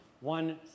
one